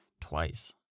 twice